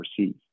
overseas